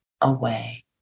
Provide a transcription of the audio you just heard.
away